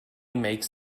makes